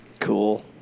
cool